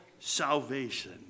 Salvation